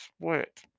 split